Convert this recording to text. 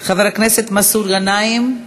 חבר הכנסת מסעוד גנאים,